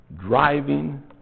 driving